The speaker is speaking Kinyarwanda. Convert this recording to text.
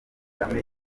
kagame